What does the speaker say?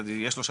יש לו,